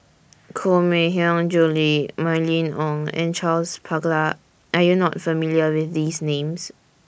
Koh Mui Hiang Julie Mylene Ong and Charles Paglar Are YOU not familiar with These Names